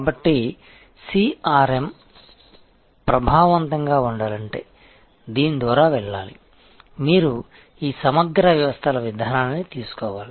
కాబట్టి CRM ప్రభావవంతంగా ఉండాలంటే దీని ద్వారా వెళ్లాలి మీరు ఈ సమగ్ర వ్యవస్థల విధానాన్ని తీసుకోవాలి